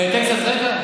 שאתן קצת רקע?